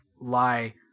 lie